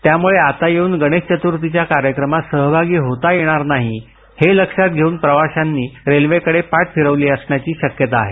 त्यामूळे आता येऊन गणेश चतूर्थीच्या कार्यक्रमात सहभागी होता येणार नाही हे लक्षात घेऊन प्रवाशांनी रेल्वेकडे पाठ फिरविली असण्याची शक्यता आहे